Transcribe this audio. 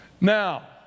Now